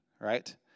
right